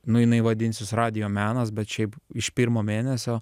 nu jinai vadinsis radijo menas bet šiaip iš pirmo mėnesio